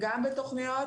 אנחנו גם מתכננים